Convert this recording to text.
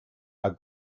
are